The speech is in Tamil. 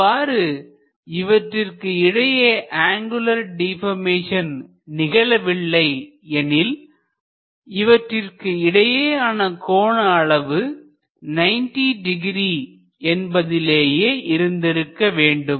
அவ்வாறு இவற்றிற்கு இடையே அங்குலர் டிபர்மேசன் நிகழவில்லை எனில் இவற்றிற்கு இடையேயான கோண அளவு 900 என்பதிலேயே இருந்திருக்க வேண்டும்